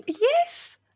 Yes